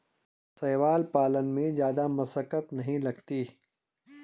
शैवाल पालन में जादा मशक्कत नहीं लगती